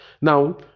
Now